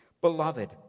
Beloved